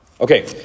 Okay